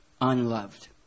unloved